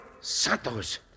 Santos